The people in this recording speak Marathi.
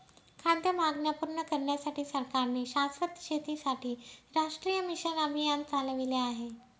खाद्य मागण्या पूर्ण करण्यासाठी सरकारने शाश्वत शेतीसाठी राष्ट्रीय मिशन अभियान चालविले आहे